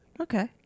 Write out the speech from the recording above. Okay